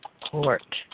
court